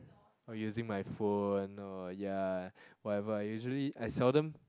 or using my phone or ya whatever I usually I seldom